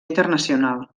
internacional